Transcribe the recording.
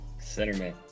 centerman